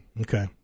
Okay